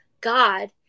God